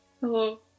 Hello